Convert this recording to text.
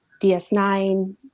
ds9